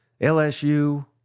LSU